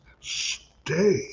stay